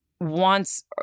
wants